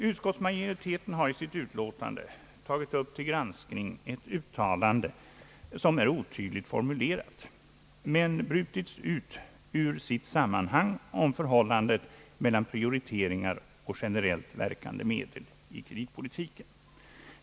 Utskottsmajoriteten har i sitt utlåtande tagit upp till granskning ett uttalande, som är otydligt formulerat men som brutits ut ur sitt sammanhang, om förhållandet mellan prioriteringar och generellt verkande medel i kreditpolitiken.